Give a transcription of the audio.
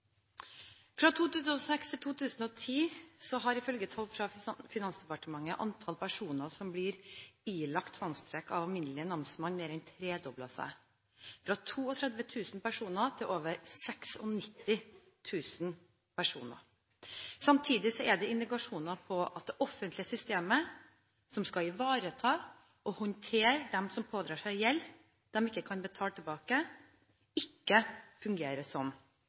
Fra 2006 til 2010 har, ifølge tall fra Finansdepartementet, antall personer som blir ilagt tvangstrekk av alminnelig namsmann, mer enn tredoblet seg, fra 32 000 personer til over 96 000 personer. Samtidig er det indikasjoner på at det offentlige systemet, som skal ivareta og håndtere dem som pådrar seg gjeld de ikke kan betale tilbake, ikke fungerer som